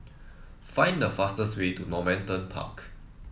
find the fastest way to Normanton Park